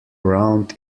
round